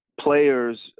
players